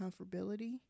comfortability